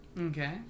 Okay